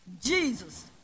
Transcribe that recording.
Jesus